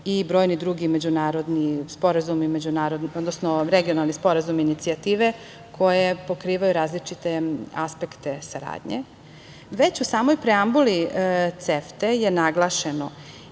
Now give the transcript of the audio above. i brojni drugi međunarodni sporazumi, odnosno regionalni sporazumi i inicijative koje pokrivaju različite aspekte saradnje. Već u samoj preambuli CEFTA je naglašeno,